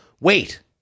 wait